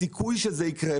הסיכוי שזה יקרה,